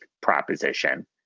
proposition